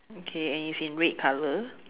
okay and is in red colour